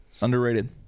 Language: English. underrated